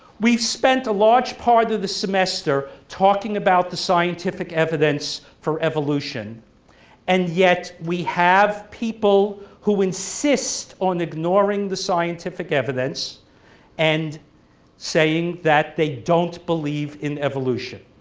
we've spent a large part of the semester talking about the scientific evidence for evolution and yet we have people who insist on ignoring the scientific evidence and saying that they don't believe in evolution.